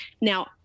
Now